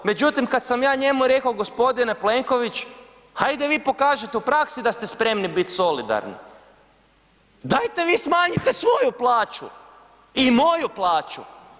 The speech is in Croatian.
Međutim kad sam ja njemu rekao g. Plenković, hajde vi pokažite u praksi da ste spremni bit solidarni, dajte vi smanjite svoju plaću i moju plaću.